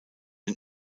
den